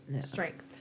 strength